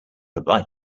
obliged